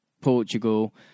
Portugal